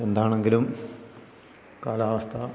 എന്താണെങ്കിലും കാലാവസ്ഥ